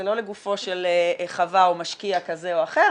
זה לא לגופו של חווה או משקיע כזה או אחר,